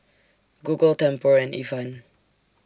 Google Tempur and Ifan